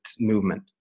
movement